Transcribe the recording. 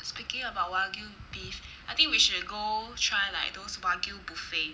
speaking about wagyu beef I think we should go try like those wagyu buffet